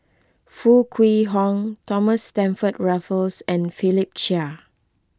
Foo Kwee Horng Thomas Stamford Raffles and Philip Chia